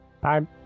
Bye